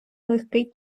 легкий